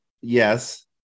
yes